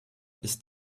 ist